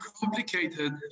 complicated